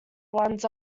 ones